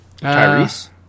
tyrese